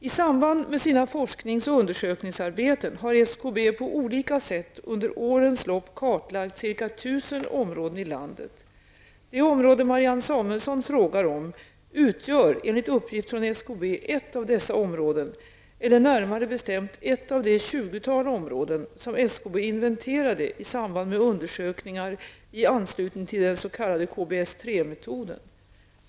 I samband med sina forsknings och undersökningsarbeten har SKB på olika sätt under årens lopp kartlagt ca 1 000 områden i landet. Det område Marianne Samuelsson frågar om utgör enligt uppgift från SKB ett av dessa områden, eller närmare bestämt ett av de 20-tal områden som SKB inventerade i samband med undersökningar i anslutning till den s.k. KBS III-metoden.